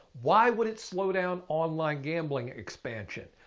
why would it slow down online gambling expansion?